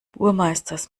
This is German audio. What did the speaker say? burmeisters